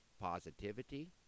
positivity